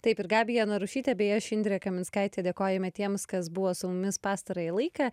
taip ir gabija narušytė bei aš indrė kaminskaitė dėkojame tiems kas buvo su mumis pastarąjį laiką